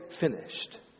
finished